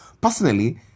personally